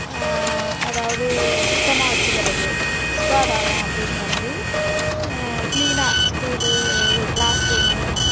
அதாவது சுத்தமாக வச்சுக்கறது சுகாதாரம் அப்படிங்கிற மாதிரி கிளீனான ஸ்கூல் இது க்ளாஸ் ரூம்